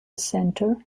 centre